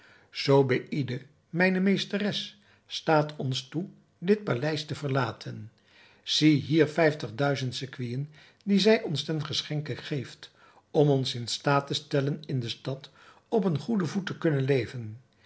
zobeïde mijne meesteres staat ons toe dit paleis te verlaten zie hier vijftig duizend sequinen die zij ons ten geschenke geeft om ons in staat te stellen in de stad op een goeden voet te kunnen leven